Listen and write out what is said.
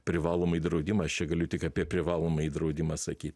privalomąjį draudimą aš čia galiu tik apie privalomąjį draudimą sakyt